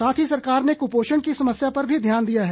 साथ ही सरकार ने कुपोषण की समस्या पर भी ध्यान दिया है